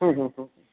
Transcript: ହଁ ହଁ ହଁ